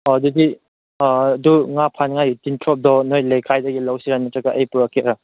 ꯑꯣ ꯑꯗꯨꯗꯤ ꯑꯣ ꯑꯗꯨ ꯉꯥ ꯐꯥꯅꯤꯡꯉꯥꯏꯒꯤ ꯇꯤꯟꯊ꯭ꯔꯣꯛꯇꯣ ꯅꯣꯏ ꯂꯩꯀꯥꯏꯗꯒꯤ ꯂꯧꯁꯤꯔꯥ ꯅꯠꯇ꯭ꯔꯒ ꯑꯩ ꯄꯨꯔꯛꯀꯦꯔꯥ